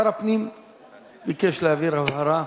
שר הפנים ביקש להבהיר הבהרה